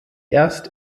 erst